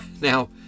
Now